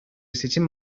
seçim